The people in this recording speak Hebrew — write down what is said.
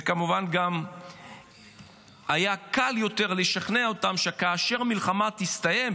וכמובן גם היה קל יותר לשכנע אותם שכאשר המלחמה תסתיים,